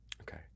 Okay